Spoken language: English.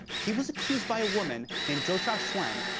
he was accused by a woman named zhou xiaoxuan,